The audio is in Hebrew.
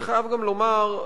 אני חייב גם לומר,